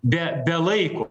be be laiko